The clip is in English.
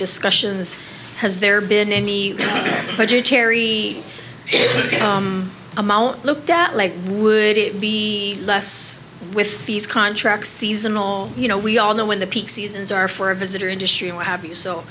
discussions has there been any budgetary become amount looked at like would it be less with these contracts seasonal you know we all know when the peak seasons are for a visitor industry what have you so